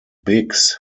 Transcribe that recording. biggs